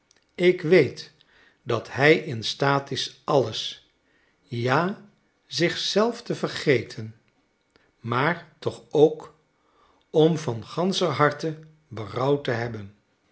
ik weet dat hij in staat is alles ja zich zelf te vergeten maar toch ook om van ganscher harte berouw te hebben